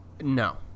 No